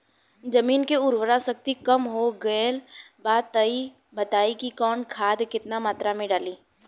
जमीन के उर्वारा शक्ति कम हो गेल बा तऽ बताईं कि कवन खाद केतना मत्रा में डालि?